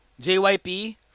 JYP